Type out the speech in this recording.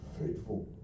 faithful